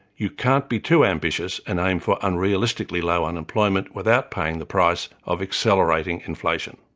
you can't be too ambitious and aim for unrealistically low unemployment without paying the price of accelerating inflation.